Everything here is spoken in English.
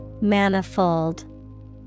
Manifold